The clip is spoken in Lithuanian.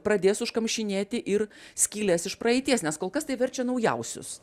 pradės užkamšinėti ir skyles iš praeities nes kol kas tai verčia naujausius